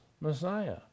Messiah